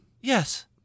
yes